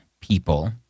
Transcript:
people